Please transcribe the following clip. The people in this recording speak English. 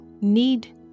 need